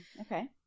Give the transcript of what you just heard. okay